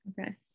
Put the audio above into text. Okay